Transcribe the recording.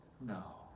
No